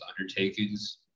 undertakings